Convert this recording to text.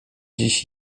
dziś